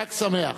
חג שמח.